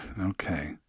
Okay